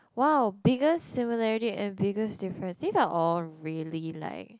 !wow! biggest similarity and biggest difference this are all really like